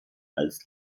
als